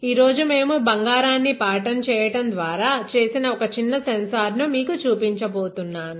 ఈ రోజు మేము బంగారాన్ని పాటర్న్ చేయడం ద్వారా చేసిన ఒక చిన్న సెన్సార్ ను మీకు చూపించబోతున్నాను